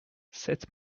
sept